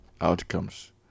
outcomes